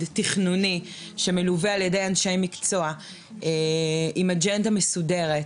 תכנוני שמלווה על ידי אנשי מקצוע עם אג'נדה מסודרת